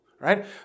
right